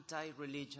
anti-religion